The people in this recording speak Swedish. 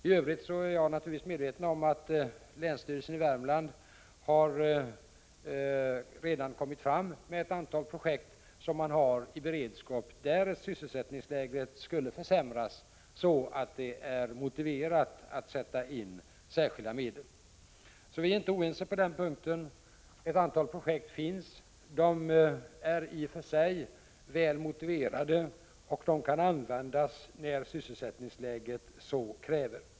I övrigt är jag naturligtvis medveten om att länsstyrelsen i Värmland redan har ett antal projekt i beredskap, därest sysselsättningsläget skulle försämras så, att det är motiverat att avsätta särskilda medel. Vi är således inte oense på den punkten. Ett antal projekt finns alltså. De är i och för sig väl motiverade, och de kan komma i fråga när sysselsättningsläget så kräver.